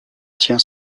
tient